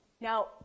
Now